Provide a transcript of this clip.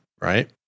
Right